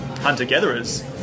hunter-gatherers